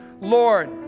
Lord